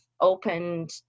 opened